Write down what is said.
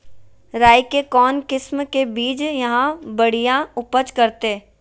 राई के कौन किसिम के बिज यहा बड़िया उपज करते?